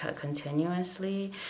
continuously